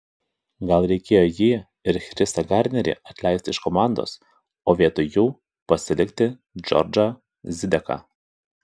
gal reikėjo jį ir chrisą garnerį atleisti iš komandos o vietoj jų pasilikti džordžą zideką